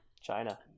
China